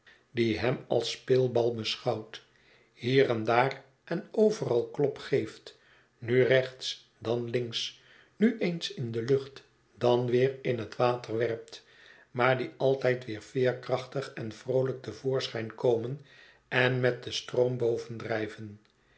die hem als speelbal beschouwt hier en daar en overal klop geeft nu rechts dan links nu eens in de iucht dan weer in het water werpt maar die altijd weer veerkrachtig en vroolijk te voorschijn komen en met den stroom boven drijven